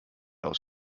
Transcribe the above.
aus